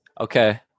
Okay